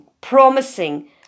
promising